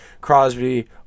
crosby